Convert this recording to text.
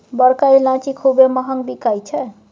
बड़का ईलाइची खूबे महँग बिकाई छै